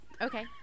Okay